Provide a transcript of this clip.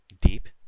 deep